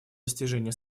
достижение